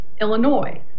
Illinois